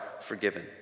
forgiven